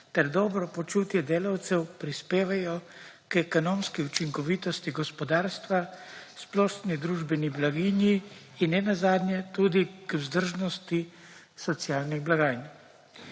ter dobro počutje delavcev prispevajo k ekonomski učinkovitosti gospodarstva, splošni družbeni blaginji in ne nazadnje tudi k vzdržnosti socialnih blagajn.